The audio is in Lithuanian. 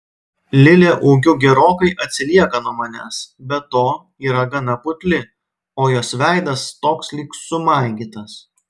lilė ūgiu gerokai atsilieka nuo manęs be to yra gana putli o jos veidas toks lyg sumaigytas